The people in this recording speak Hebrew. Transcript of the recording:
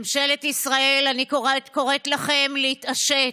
ממשלת ישראל, אני קוראת לך להתעשת,